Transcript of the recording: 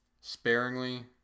sparingly